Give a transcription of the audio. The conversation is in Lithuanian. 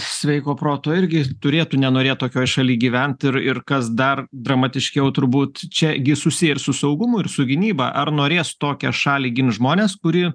sveiko proto irgi turėtų nenorėt tokioj šaly gyvent ir ir kas dar dramatiškiau turbūt čia gi susiję ir su saugumu ir su gynyba ar norės tokią šalį gint žmonės kuri